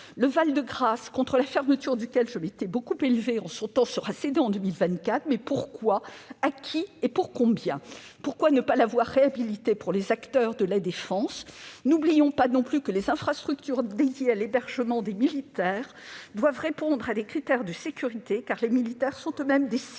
Le Val-de-Grâce, contre la fermeture duquel je m'étais beaucoup élevée, sera cédé en 2024. Pour quoi, à qui et pour combien ? Pourquoi ne pas l'avoir réhabilité pour les acteurs de la défense ? N'oublions pas non plus que les infrastructures dédiées à l'hébergement des militaires doivent répondre à des critères de sécurité, les militaires étant eux-mêmes des cibles.